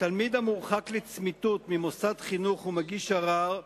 תלמיד המורחק לצמיתות ממוסד חינוך ומגיש ערר,